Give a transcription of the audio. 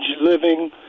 living